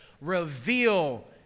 reveal